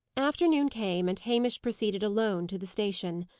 afternoon came, and hamish proceeded alone to the station.